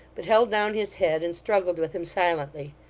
but held down his head, and struggled with him silently.